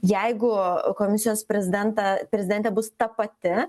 jeigu komisijos prezidentą prezidentė bus ta pati